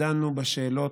דנו אז בשאלות,